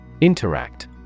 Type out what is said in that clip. Interact